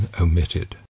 omitted